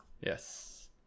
Yes